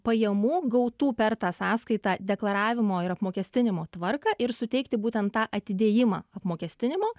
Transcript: pajamų gautų per tą sąskaitą deklaravimo ir apmokestinimo tvarką ir suteikti būtent tą atidėjimą apmokestinimo